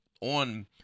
on